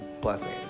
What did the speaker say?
blessing